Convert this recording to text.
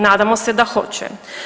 Nadamo se da hoće.